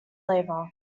flavour